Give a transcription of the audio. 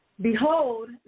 Behold